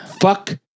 Fuck